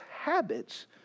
habits